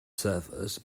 servers